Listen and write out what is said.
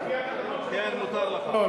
לפי תקנון הכנסת, לא.